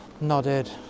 nodded